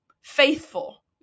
faithful